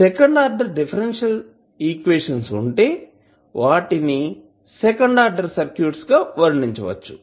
second order differential equations ఉంటే వాటిని second order circuits గా వర్ణించవచ్చు